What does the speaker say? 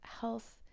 health